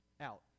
out